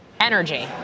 energy